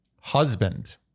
Husband